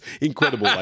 incredible